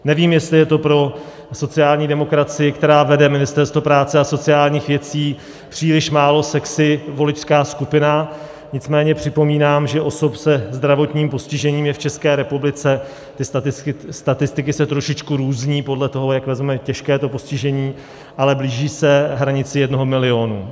Nevím, jestli je to pro sociální demokracii, která vede Ministerstvo práce a sociálních věcí, příliš málo sexy voličská skupina, nicméně připomínám, že osob se zdravotním postižením je v České republice statistiky se trošičku různí podle toho, jak vezmeme těžké to postižení, ale blíží se hranici jednoho milionu.